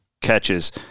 catches